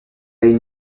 une